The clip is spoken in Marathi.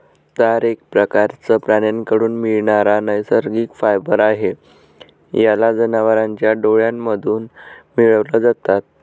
तार एक प्रकारचं प्राण्यांकडून मिळणारा नैसर्गिक फायबर आहे, याला जनावरांच्या डोळ्यांमधून मिळवल जात